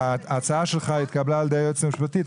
ההצעה שלך התקבלה על ידי היועצת המשפטית,